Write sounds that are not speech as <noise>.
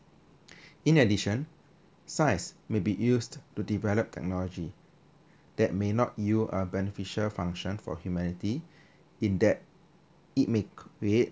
<breath> in addition science may be used to develop technology that may not yield beneficiary function for humanity in that it may create